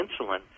insulin